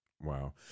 Wow